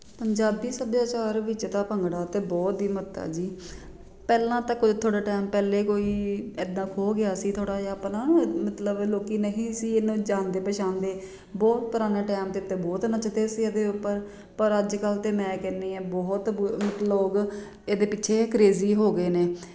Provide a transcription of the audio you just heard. ਪੰਜਾਬੀ ਸੱਭਿਆਚਾਰ ਵਿੱਚ ਤਾਂ ਭੰਗੜਾ ਤਾਂ ਬਹੁਤ ਹੀ ਮਹੱਤਤਾ ਆ ਜੀ ਪਹਿਲਾਂ ਤਾਂ ਕੋਈ ਥੋੜ੍ਹਾ ਟਾਈਮ ਪਹਿਲੇ ਕੋਈ ਇੱਦਾਂ ਖੋ ਗਿਆ ਸੀ ਥੋੜ੍ਹਾ ਜਿਹਾ ਆਪਣਾ ਮਤਲਬ ਲੋਕੀ ਨਹੀਂ ਸੀ ਇਹਨੂੰ ਜਾਣਦੇ ਪਹਿਚਾਣਦੇ ਬਹੁਤ ਪੁਰਾਣੇ ਟਾਈਮ ਦੇ ਉੱਤੇ ਬਹੁਤ ਨੱਚਦੇ ਸੀ ਇਹਦੇ ਉੱਪਰ ਪਰ ਅੱਜ ਕੱਲ੍ਹ ਤਾਂ ਮੈਂ ਕਹਿੰਦੀ ਹਾਂ ਬਹੁਤ ਲੋਕ ਇਹਦੇ ਪਿੱਛੇ ਕਰੇਜੀ ਹੋ ਗਏ ਨੇ